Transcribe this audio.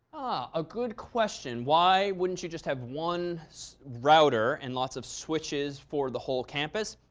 a good question. why wouldn't you just have one router and lots of switches for the whole campus?